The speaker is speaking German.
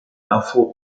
erfurt